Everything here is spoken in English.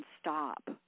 stop